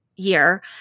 year